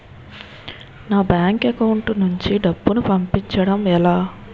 నా bank account నుంచి డబ్బును పంపించడం ఎలా?